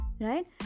right